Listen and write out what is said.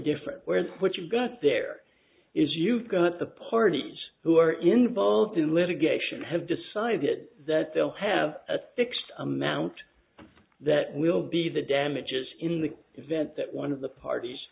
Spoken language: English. different whereas what you've got there is you've got the parties who are involved in litigation have decided that they'll have a fixed amount that will be the damages in the event that one of the parties